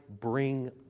bring